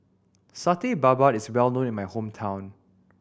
Satay Babat is well known in my hometown